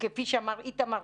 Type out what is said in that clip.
כפי שאמר איתמר,